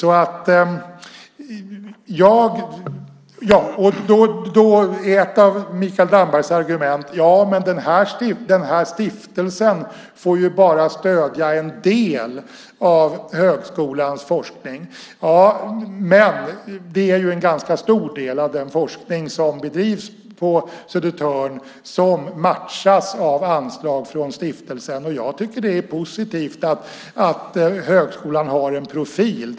Ett av Mikael Dambergs argument är att den här stiftelsen bara får stödja en del av högskolans forskning. Det är ju en ganska stor del av den forskning som bedrivs på Södertörn som matchas av anslag från stiftelsen. Jag tycker att det är positivt att högskolan har en profil.